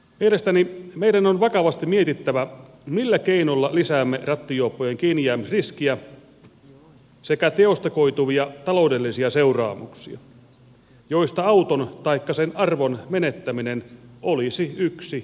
mielestäni meidän on vakavasti mietittävä millä keinoilla lisäämme rattijuoppojen kiinnijäämisriskiä sekä teosta koituvia taloudellisia seuraamuksia joista auton taikka sen arvon menettäminen olisi yksi vaihtoehto